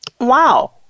Wow